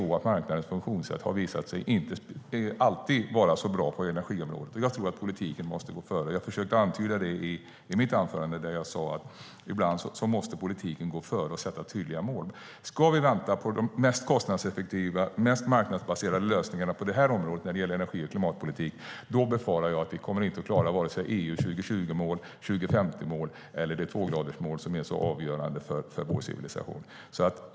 Marknadens funktionssätt har visat sig inte alltid vara så bra på energiområdet. Jag tror att politiken måste gå före. Jag försökte antyda det i mitt anförande. Jag sade att ibland måste politiken gå före och sätta tydliga mål. Ska vi vänta på de mest kostnadseffektiva och mest marknadsbaserade lösningarna på det här området, när det gäller energi och klimatpolitik, befarar jag att vi inte kommer att klara EU:s 2020-mål, 2050-mål eller det tvågradersmål som är avgörande för vår civilisation.